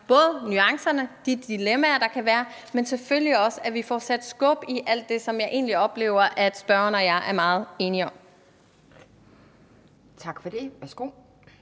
både nuancerne, de dilemmaer, der kan være, men at vi selvfølgelig også får sat skub i alt det, som jeg egentlig oplever at spørgeren og jeg er meget enige om.